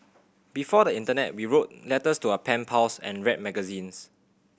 before the internet we wrote letters to our pen pals and read magazines